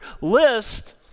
list